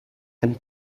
and